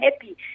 happy